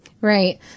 Right